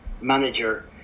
manager